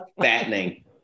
fattening